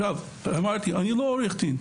אני לא עורך דין,